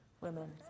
women